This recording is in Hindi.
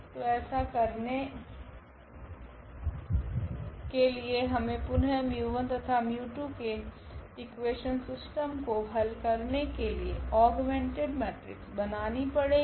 तो ऐसा करने के लिए हमे पुनः तथा के इकुवेशन सिस्टम को हल करने के लिए औग्मेंटेड मेट्रिक्स बनानी पड़ेगी